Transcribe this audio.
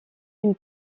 une